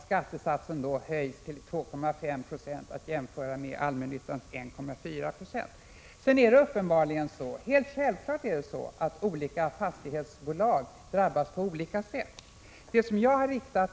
Skattesatsen höjs då till 2,5 26, vilket skall jämföras med allmännyttans 1,4 96. Självklart drabbas olika fastighetsbolag på olika sätt.